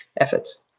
efforts